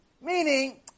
Meaning